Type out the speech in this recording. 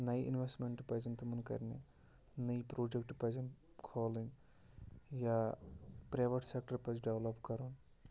نَیہِ اِنوٮ۪سمٮ۪نٛٹ پَزن تِمَن کَرنہِ نٔے پرٛوجَکٹ پَزن کھولٕنۍ یا پرٛیوٹ سٮ۪کٹَر پَزِ ڈٮ۪ولَپ کَرُن